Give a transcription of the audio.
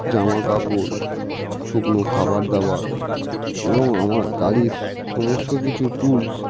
জামা কাপড় শুকনো খাবার দাবার এবং আমার গাড়ির সমস্ত কিছু টুলস